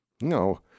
No